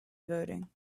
voting